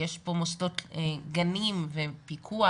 גנים ופיקוח.